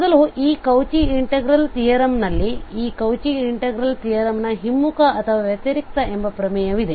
ಮೊದಲು ಈ Cauchy integral ತಿಯರಮ್ನಲ್ಲಿ ಈ ಕೌಚಿ ಇಂಟಿಗ್ರೇಲ್ ತಿಯರಮ್ ನ ಹಿಮ್ಮುಖ ಅಥವಾ ವ್ಯತಿರಿಕ್ತ ಎಂಬ ಪ್ರಮೇಯವಿದೆ